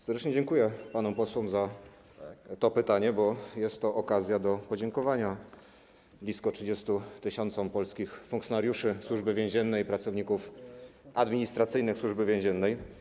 Serdecznie dziękuję panom posłom za to pytanie, bo jest to okazja do podziękowania blisko 30 tys. polskich funkcjonariuszy Służby Więziennej i pracowników administracyjnych Służby Więziennej.